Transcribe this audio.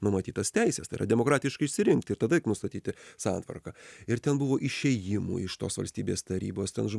numatytas teises tai yra demokratiškai išsirinkti ir tada nustatyti santvarką ir ten buvo išėjimų iš tos valstybės tarybos ten